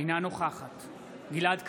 אינה נוכחת גלעד קריב,